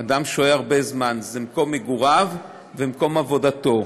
אדם שוהה הרבה זמן: מקום מגוריו ומקום עבודתו,